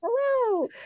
Hello